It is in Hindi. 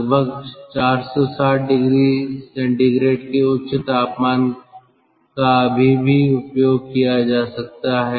लगभग 460oC के उच्च तापमान का अभी भी उपयोग किया जा सकता है